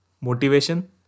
Motivation